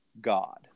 god